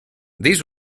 these